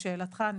לשאלתך,